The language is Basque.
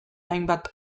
hainbat